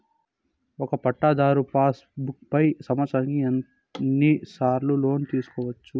ఒక పట్టాధారు pass book పై సంవత్సరానికి ఎన్ని సార్లు లోను తీసుకోవచ్చు?